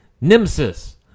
Nemesis